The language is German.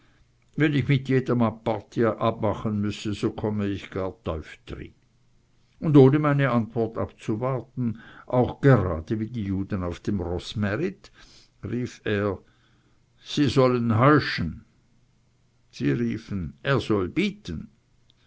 wenn ich mit jedem aparti abmachen müsse so komme ich gar zu teuf dry und ohne meine antwort abzuwarten auch gerade wie die juden auf dem roßmärit rief er sie sollen heuschen sie riefen er soll bieten